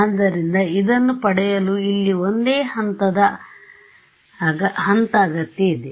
ಆದ್ದರಿಂದ ಇದನ್ನು ಪಡೆಯಲು ಇಲ್ಲಿ ಒಂದೇ ಹಂತ ಅಗತ್ಯ ಇದೆ